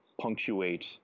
punctuate